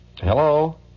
Hello